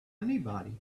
anybody